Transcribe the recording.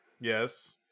yes